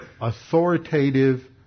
authoritative